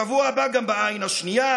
שבוע הבא גם בעין השנייה,